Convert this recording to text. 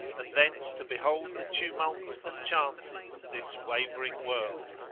and thence to behold the tumults and chances of this wavering world,